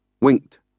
winked